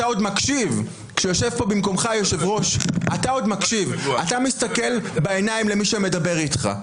אתה עוד מקשיב, אתה מסתכל בעיניים למי שמדבר איתך.